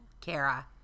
Kara